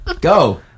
Go